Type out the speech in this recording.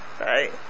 right